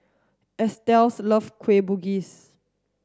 Estes loves Kueh Bugis